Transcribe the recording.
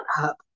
up